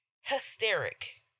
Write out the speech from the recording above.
hysteric